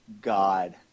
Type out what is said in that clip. god